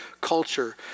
culture